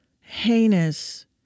heinous